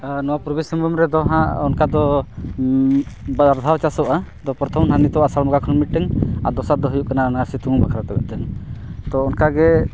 ᱱᱚᱣᱟ ᱯᱩᱨᱵᱚ ᱥᱤᱝᱵᱷᱩᱢ ᱨᱮᱫᱚ ᱦᱟᱸᱜ ᱚᱱᱠᱟ ᱫᱚ ᱵᱟᱨ ᱫᱷᱟᱣ ᱪᱟᱥᱚᱜᱼᱟ ᱯᱚᱨᱛᱷᱚᱢ ᱦᱟᱸᱜ ᱱᱤᱛᱚᱜ ᱟᱥᱟᱲ ᱵᱚᱸᱜᱟ ᱠᱷᱚᱱ ᱢᱤᱫᱴᱟᱹᱝ ᱟᱨ ᱫᱚᱥᱟᱨ ᱫᱚ ᱦᱩᱭᱩᱜ ᱠᱟᱱᱟ ᱚᱱᱟ ᱥᱤᱛᱩᱝ ᱵᱟᱠᱷᱨᱟ ᱛᱮ ᱢᱤᱫᱴᱟᱹᱝ ᱛᱚ ᱚᱱᱠᱟ ᱜᱮ